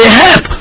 help